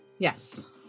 Yes